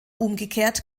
umgekehrt